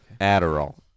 Adderall